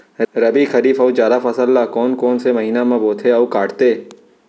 रबि, खरीफ अऊ जादा फसल ल कोन कोन से महीना म बोथे अऊ काटते?